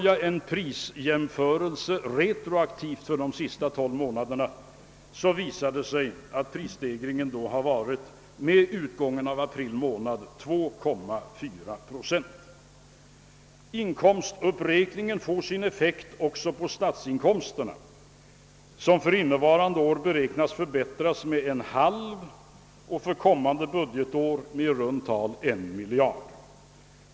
Vid en prisjämförelse retroaktivt för de senaste tolv månaderna visar det sig att prisstegringen med utgången av april månad varit 2,4 procent. Inkomstuppräkningen får effekt även på statsinkomsterna, som för innevarande år beräknas öka med en halv miljard kronor och för kommande budgetår med i runt tal en miljard.